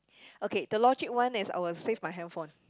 okay the logic one is I will save my hand phone